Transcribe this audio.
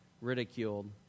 ridiculed